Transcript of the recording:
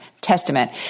Testament